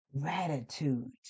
gratitude